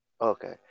Okay